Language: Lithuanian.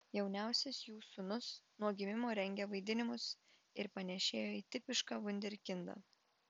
jauniausias jų sūnus nuo gimimo rengė vaidinimus ir panėšėjo į tipišką vunderkindą